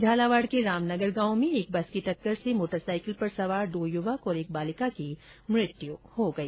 झालावाड के रामनगर गांव में एक बस की टक्कर से बाइक पर सवार दो युवक और एक बालिका की मौत हो गई